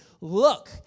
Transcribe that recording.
Look